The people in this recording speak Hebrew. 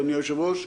אדוני היושב-ראש.